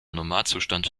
normalzustand